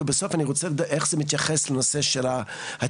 ובסוף אני רוצה איך זה מתייחס לנושא של הצעירים,